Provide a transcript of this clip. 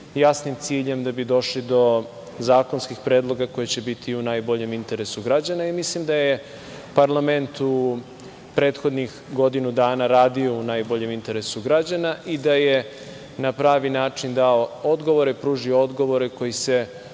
jasnim ciljem, da bi došli do zakonskih predloga koji će biti u najboljem interesu građana. Mislim da je parlament u prethodnih godinu dana radio u najboljem interesu građana i da je na pravi način dao odgovore, pružio odgovore koji se